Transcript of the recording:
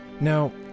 Now